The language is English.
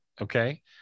okay